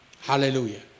Hallelujah